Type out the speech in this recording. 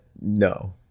no